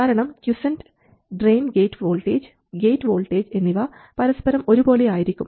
കാരണം quiescent drain gate voltage gate voltage എന്നിവ പരസ്പരം ഒരുപോലെ ആയിരിക്കും